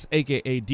aka